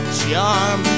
charm